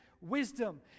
wisdom